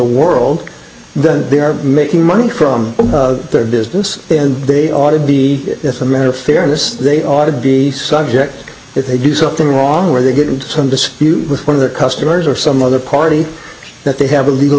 world then they are making money from their business and they ought to be it's a matter of fairness they ought to be subject if they do something wrong or they get into some dispute with one of their customers or some other party that they have a legal